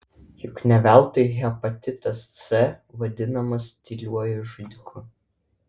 juk ne veltui hepatitas c vadinamas tyliuoju žudiku